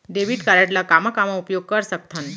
Debit card ला कामा कामा उपयोग कर सकथन?